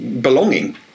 belonging